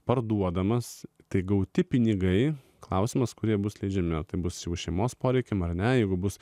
parduodamas tai gauti pinigai klausimas kurie bus leidžiami o tai bus jų šeimos poreikiams ar ne jeigu bus